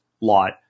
lot